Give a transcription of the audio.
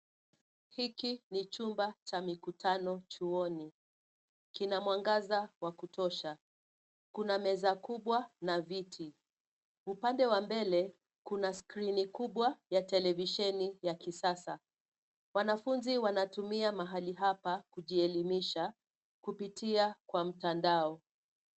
Hiki ni chumba cha mikutano chuoni. Kina mwangaza wa kutosha. Kuna meza kubwa na viti. Upande wa mbele kuna skrini kubwa ya televisheni ya kisasa. Wanafunzi wanatumia mahali hapa kujielimisha kupitia kwa mtandao.